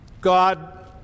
God